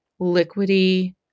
liquidy